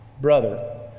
brother